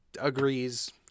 agrees